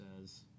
says